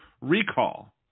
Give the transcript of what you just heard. recall